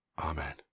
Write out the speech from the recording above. Amen